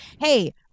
hey